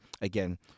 again